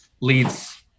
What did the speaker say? leads